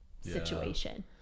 situation